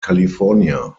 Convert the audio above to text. california